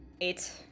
Eight